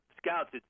scouts